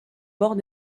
bord